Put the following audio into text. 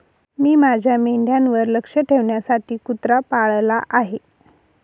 मी माझ्या मेंढ्यांवर लक्ष ठेवण्यासाठी कुत्रा पाळला आहे